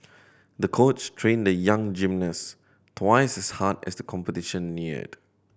the coach trained the young gymnast twice as hard as the competition neared